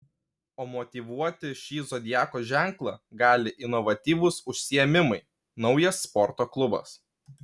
o motyvuoti šį zodiako ženklą gali inovatyvūs užsiėmimai naujas sporto klubas